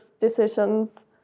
decisions